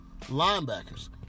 linebackers